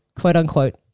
quote-unquote